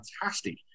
fantastic